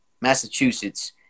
Massachusetts